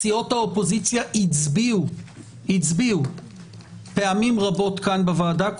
סיעות האופוזיציה הצביעו פעמים רבות כאן בוועדה,